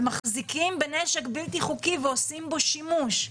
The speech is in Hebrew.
בנשק בלתי חוקי ועושים בו שימוש,